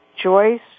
Joyce